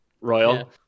Royal